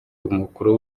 umukuru